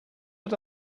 but